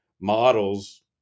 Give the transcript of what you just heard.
models